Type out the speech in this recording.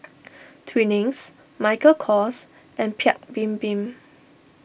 Twinings Michael Kors and Paik's Bibim